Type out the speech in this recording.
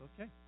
Okay